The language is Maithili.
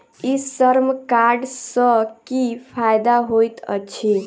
ई श्रम कार्ड सँ की फायदा होइत अछि?